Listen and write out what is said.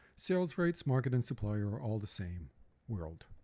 sales rights, market, and supplier are all the same world.